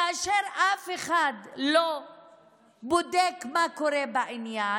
כאשר אף אחד לא בודק מה קורה בעניין.